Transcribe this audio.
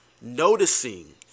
noticing